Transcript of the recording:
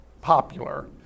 popular